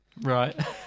Right